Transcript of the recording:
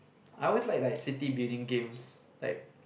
I always like like city building games like